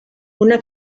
una